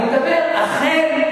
אכן,